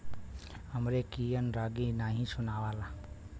हमरे कियन रागी नही सुनाला